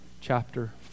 chapter